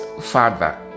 father